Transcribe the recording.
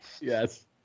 Yes